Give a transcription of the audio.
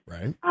Right